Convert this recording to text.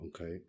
okay